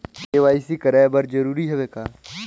KYC कराय बर जरूरी हवे का?